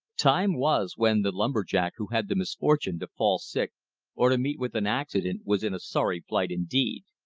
time was when the lumber-jack who had the misfortune to fall sick or to meet with an accident was in a sorry plight indeed.